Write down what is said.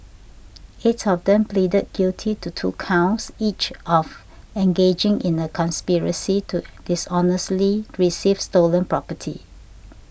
eight of them pleaded guilty to two counts each of engaging in a conspiracy to dishonestly receive stolen property